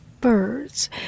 birds